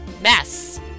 mess